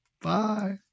Bye